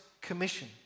Commission